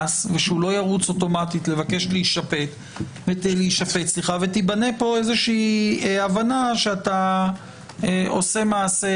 ושהוא לא ירוץ אוטומטית לבקש להישפט ותיבנה פה איזו הבנה שאתה עושה מעשה